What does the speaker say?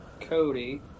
Cody